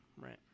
right